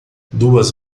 duas